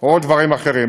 או דברים אחרים.